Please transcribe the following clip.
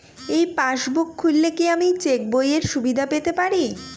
এই পাসবুক খুললে কি আমি চেকবইয়ের সুবিধা পেতে পারি?